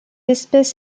espèce